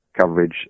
coverage